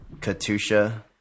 Katusha